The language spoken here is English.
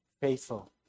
faithful